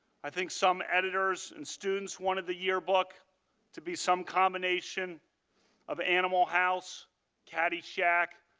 i think some editors and students wanted the yearbook to be some combination of animal house caddy shack,